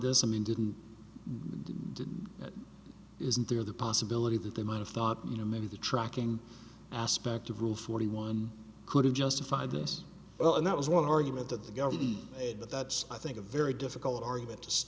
doesn't mean didn't didn't isn't there the possibility that they might have thought you know maybe the tracking aspect of rule forty one could have justified this well and that was one argument that the governor but that's i think a very difficult argument